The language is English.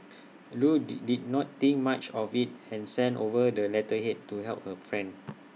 Loo did did not think much of IT and sent over the letterhead to help her friend